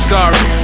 Sorry